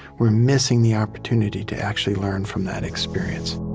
we're missing the opportunity to actually learn from that experience